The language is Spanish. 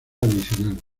adicional